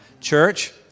church